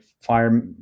fire